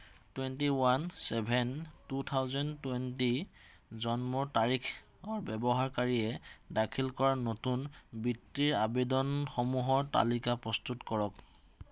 twenty one seven two thousand twenty জন্মৰ তাৰিখৰ ব্যৱহাৰকাৰীয়ে দাখিল কৰা নতুন বৃত্তিৰ আবেদনসমূহৰ তালিকা প্ৰস্তুত কৰক